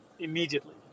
Immediately